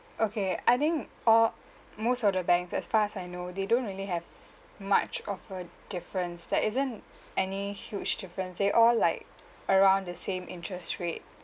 okay I think or most of the banks as far as I know they don't really have much of a difference there isn't any huge difference they all like around the same interest rate